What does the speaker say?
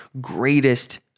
greatest